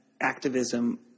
activism